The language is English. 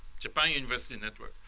japan university network.